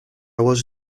was